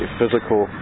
physical